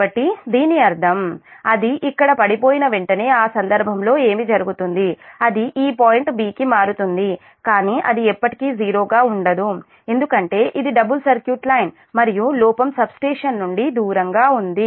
కాబట్టి దీని అర్థం అది ఇక్కడ పడిపోయిన వెంటనే ఆ సందర్భంలో ఏమి జరుగుతుంది అది ఈ పాయింట్ b' కి మారుతుంది కానీ అది ఎప్పటికీ 0 గా ఉండదు ఎందుకంటే ఇది డబుల్ సర్క్యూట్ లైన్ మరియు లోపం సబ్స్టేషన్ నుండి దూరంగా ఉంది